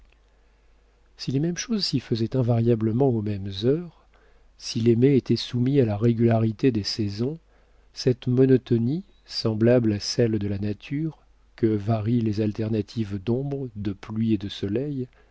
si les mêmes choses s'y faisaient invariablement aux mêmes heures si les mets étaient soumis à la régularité des saisons cette monotonie semblable à celle de la nature que varient les alternatives d'ombre de pluie et de soleil